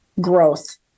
growth